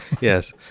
yes